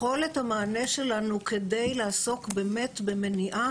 יכולת המענה שלנו כדי לעסוק באמת במניעה